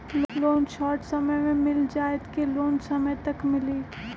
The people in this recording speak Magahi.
लोन शॉर्ट समय मे मिल जाएत कि लोन समय तक मिली?